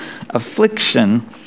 affliction